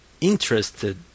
interested